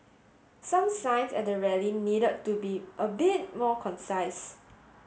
some signs at the rally need to be a bit more concise